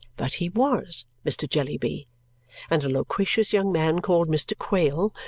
but he was mr. jellyby and a loquacious young man called mr. quale,